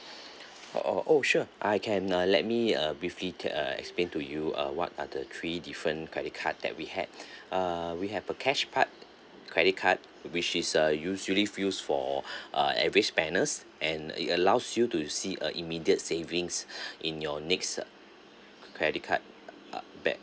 oh oh oh sure I can uh let me uh briefly uh explain to you uh what are the three different credit card that we had uh we have a cashback credit card which is uh usually fillls for uh every spenders and it allows you to see a immediate savings in your next uh credit card uh uh back